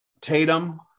Tatum